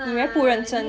you very 不认真 leh